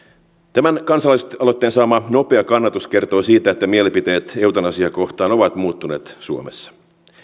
tämän kansalaisaloitteen saama nopea kannatus kertoo siitä että mielipiteet eutanasiaa kohtaan ovat muuttuneet suomessa